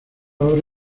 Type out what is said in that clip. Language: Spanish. obra